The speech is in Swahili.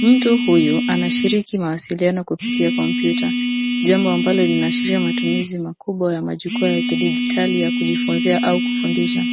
Mtu huyu anashiriki mawasiliano kupitia kompyuta, jambo ambalo linaashiria matumizi makubwa ya majukwaa ya kidijitali ya kujifunzia au kufundisha.